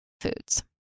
foods